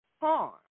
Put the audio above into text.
harm